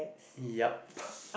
yup